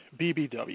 bbw